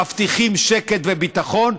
מבטיחים שקט וביטחון,